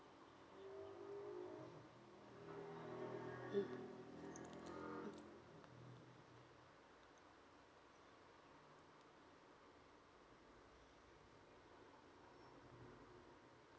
mm